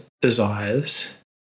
desires